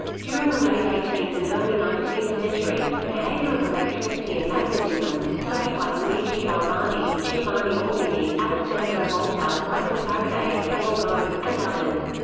during the late eighteenth and early nineteenth century, the behavior of electricity and magnetism was studied by luigi galvani, giovanni aldini, alessandro volta, michael faraday, georg ohm, and others.